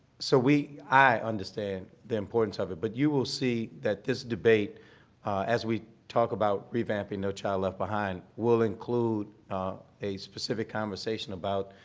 so we, i understand the importance of it, but you will see that this debate as we talk about revamping no child left behind will include a specific conversation about,